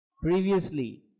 Previously